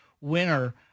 winner